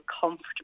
comfortable